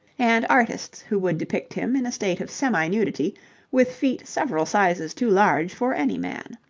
and artists who would depict him in a state of semi-nudity with feet several sizes too large for any man.